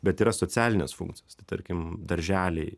bet yra socialinės funkcijos tai tarkim darželiai